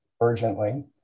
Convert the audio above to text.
urgently